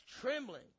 trembling